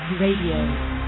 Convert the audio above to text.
Radio